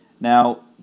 Now